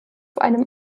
einem